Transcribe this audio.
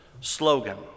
slogan